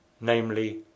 namely